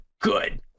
good